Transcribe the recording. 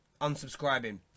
unsubscribing